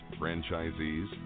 franchisees